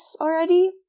already